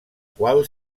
qual